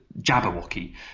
jabberwocky